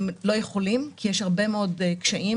הם לא יכולים כי יש הרבה מאוד קשיים,